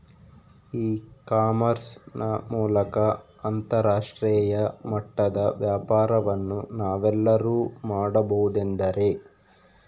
E commerce ನ ಮೂಲಕ ಅಂತರಾಷ್ಟ್ರೇಯ ಮಟ್ಟದ ವ್ಯಾಪಾರವನ್ನು ನಾವೆಲ್ಲರೂ ಮಾಡುವುದೆಂದರೆ?